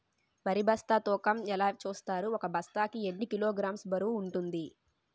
వరి బస్తా తూకం ఎలా చూస్తారు? ఒక బస్తా కి ఎన్ని కిలోగ్రామ్స్ బరువు వుంటుంది?